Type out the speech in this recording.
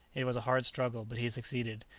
it was a hard struggle, but he succeeded.